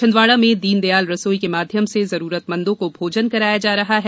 छिन्दवाड़ा में दीनदयाल रसोई के माध्यम से जरूरतमंदों को भोजन कराया जा रहा है